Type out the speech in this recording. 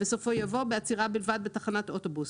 בסופו יבוא "בעצירה בלבד בתחנת אוטובוס".